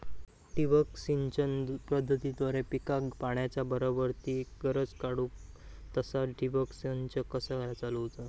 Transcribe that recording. ठिबक सिंचन पद्धतीद्वारे पिकाक पाण्याचा बराबर ती गरज काडूक तसा ठिबक संच कसा चालवुचा?